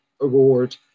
Award